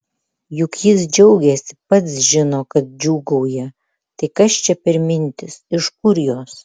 juk jis džiaugiasi pats žino kad džiūgauja tai kas čia per mintys iš kur jos